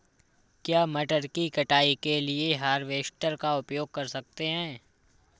क्या मटर की कटाई के लिए हार्वेस्टर का उपयोग कर सकते हैं?